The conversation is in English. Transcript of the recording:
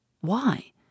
Why